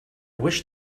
wish